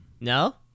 No